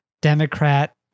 democrat